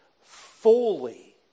fully